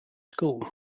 school